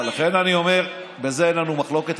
לכן אני אומר שבזה אין לנו מחלוקת.